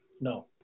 No